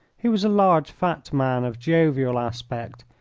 he was a large, fat man of jovial aspect,